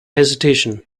hesitation